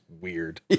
weird